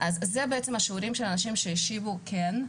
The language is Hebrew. זה השיעורים שהשיבו "כן"